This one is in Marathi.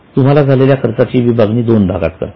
तुम्हाला झालेल्या खर्चाची विभागणी दोन भागात करतात